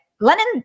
Lenin